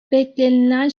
beklenilen